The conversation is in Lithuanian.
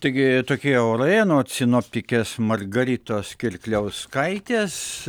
taigi tokie orai anot sinoptikės margaritos kirkliauskaitės